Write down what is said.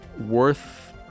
worth